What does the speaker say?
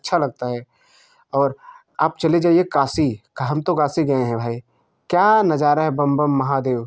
अच्छा लगता है और आप चले जाइए काशी हम तो काशी गए हैं भाई क्या नज़ारा है बम बम महादेव